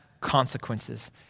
consequences